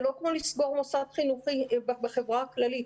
זה לא כמו לסגור מוסד חינוכי בחברה הכללית.